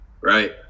right